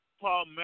Paul